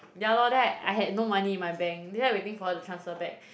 ya lor then I I had no money in my bank that's why waiting for her to transfer back